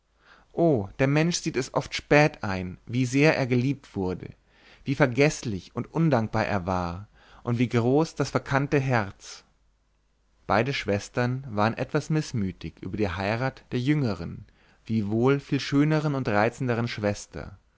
o der mensch sieht es oft spät ein wie sehr er geliebt wurde wie vergeßlich und undankbar er war und wie groß das verkannte herz beide schwestern waren etwas mißmütig über die heirat der jüngern wiewohl viel schöneren und reizenderen schwester